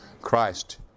Christ